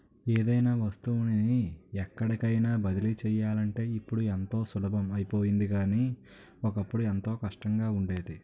ఏదైనా వస్తువుని ఎక్కడికైన బదిలీ చెయ్యాలంటే ఇప్పుడు ఎంతో సులభం అయిపోయింది కానీ, ఒకప్పుడు ఎంతో కష్టంగా ఉండేది